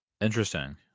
Interesting